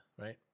right